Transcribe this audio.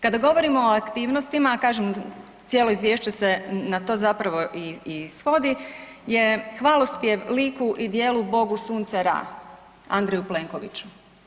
Kada govorimo o aktivnostima, kažem cijelo izvješće se na to zapravo i svodi je hvalospjev liku i dijelu Bogu sunca Ra, Andreju Plenkoviću.